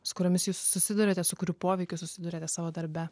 su kuriomis jūs susiduriate su kurių poveikiu susiduriate savo darbe